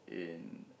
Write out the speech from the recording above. in